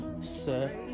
sir